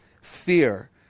fear